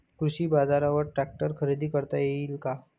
कृषी बाजारवर ट्रॅक्टर खरेदी करता येईल का?